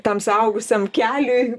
tam suaugusiam keliui